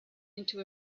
into